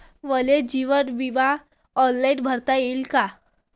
मले जीवन बिमा ऑनलाईन भरता येईन का?